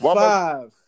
five